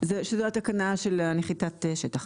זו התקנה של נחיתת שטח.